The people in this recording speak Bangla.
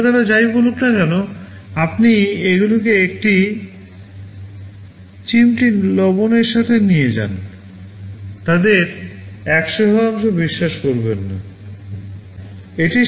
নির্মাতারা যাই বলুক না কেন আপনি এগুলিকে এক চিমটি লবণের সাথে নিয়ে যান তাদের 100 বিশ্বাস করবেন না